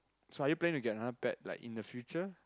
so are you planning to get another pet like in the future